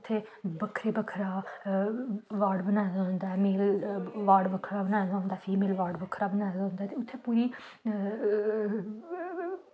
उत्थें बक्खरा बक्खरा वार्ड बनाए दा होंदा मेल वार्ड बक्खरा बनाए दा होंदा फीमेल वार्ड बक्खरा बनाए दा होंदा